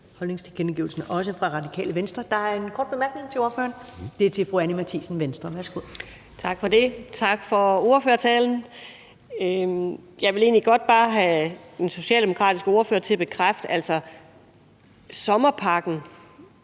holdningstilkendegivelsen, også fra Radikale Venstre. Der er en kort bemærkning til ordføreren. Den er fra fru Anni Matthiesen, Venstre. Kl. 14:49 Anni Matthiesen (V): Tak for det. Tak for ordførertalen. Jeg vil egentlig godt bare have den socialdemokratiske ordfører til at bekræfte, at sommerpakken